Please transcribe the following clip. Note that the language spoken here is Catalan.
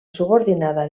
subordinada